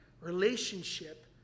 relationship